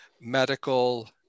medical